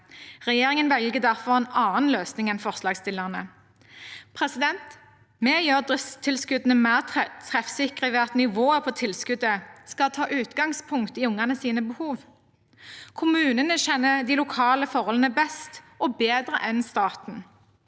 Regjeringen velger derfor en annen løsning enn forslagsstillerne. Vi gjør driftstilskuddene mer treffsikre ved at nivået på tilskuddet skal ta utgangspunkt i ungenes behov. Kommunene kjenner de lokale forholdene best og bedre enn staten.